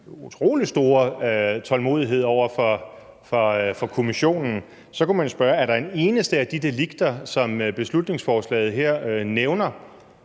utrolig store tålmodighed over for kommissionen, er der et eneste af de delikter, som beslutningsforslaget her nævner,